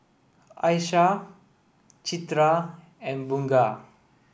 Aishah Citra and Bunga